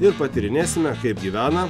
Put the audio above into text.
ir patyrinėsime kaip gyvena